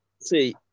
see